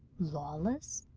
lawless,